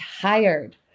tired